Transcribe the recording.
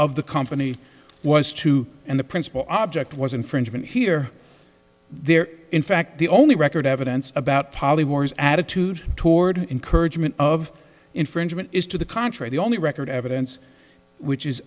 of the company was too and the principle object was infringement here there in fact the only record evidence about poly wars attitude toward encouragement of infringement is to the contrary the only record evidence which is